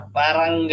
parang